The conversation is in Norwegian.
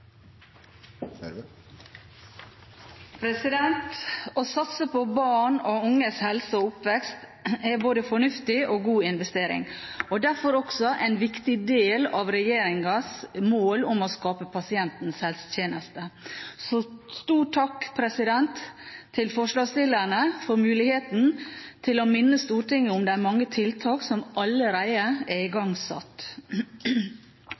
minutter. Å satse på barn og unges helse og oppvekst er både fornuftig og god investering og derfor også en viktig del av regjeringens mål om å skape pasientens helsetjeneste. Så stor takk til forslagsstillerne for muligheten til å minne Stortinget om de mange tiltak som allerede er